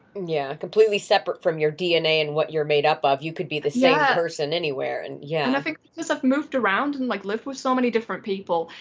yeah, completely separate from your dna and what you're made up of you could be the same person anywhere and yeah. i think because i've moved around and like lived with so many different people,